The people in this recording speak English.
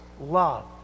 love